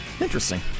Interesting